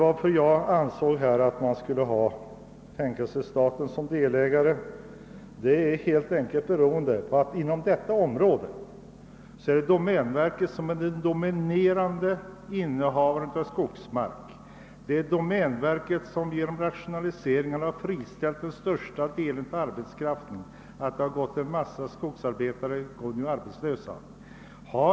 Orsaken till att jag i detta fall har tänkt mig staten som delägare är helt enkelt att domänverket äger största delen av skogsmarkerna inom ifrågavarande område, och det är domänverket som genom företagna rationaliseringar har friställt största delen av den arbetskraft som nu går utan sysselsättning.